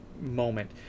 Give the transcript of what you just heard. moment